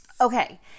Okay